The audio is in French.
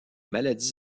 maladies